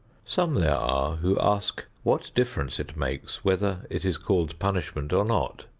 some there are who ask what difference it makes whether it is called punishment or not.